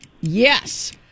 Yes